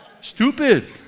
Stupid